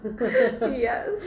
Yes